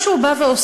מה שהוא בא ועושה,